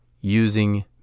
using